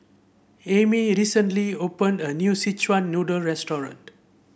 Amy recently opened a new Szechuan Noodle restaurant